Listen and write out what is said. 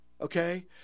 okay